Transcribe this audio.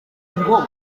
ngo